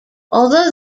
although